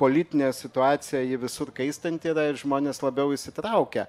politinė situacija ji visur kaistanti yra ir žmonės labiau įsitraukia